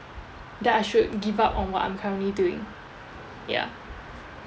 that I should give up on what I'm currently doing ya